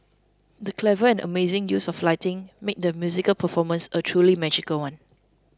the clever and amazing use of lighting made the musical performance a truly magical one